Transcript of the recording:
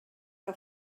que